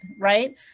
right